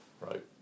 Right